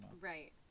Right